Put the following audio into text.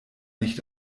nicht